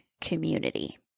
community